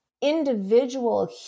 individual